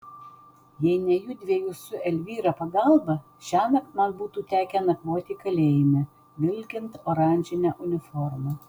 jei ne judviejų su elvyra pagalba šiąnakt man būtų tekę nakvoti kalėjime vilkint oranžinę uniformą